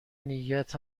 نیت